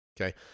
okay